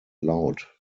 laut